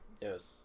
Yes